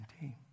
team